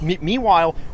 Meanwhile